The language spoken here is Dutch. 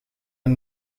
een